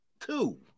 two